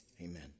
Amen